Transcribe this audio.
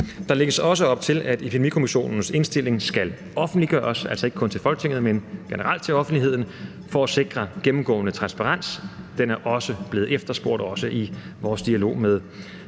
Der lægges også op til, at epidemikommissionens indstilling skal offentliggøres, altså ikke kun til Folketinget, men generelt til offentligheden, for at sikre gennemgående transparens. Det er blevet efterspurgt, også i vores dialog med